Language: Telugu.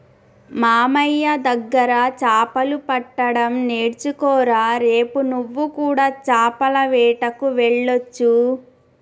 మామయ్య దగ్గర చాపలు పట్టడం నేర్చుకోరా రేపు నువ్వు కూడా చాపల వేటకు వెళ్లొచ్చు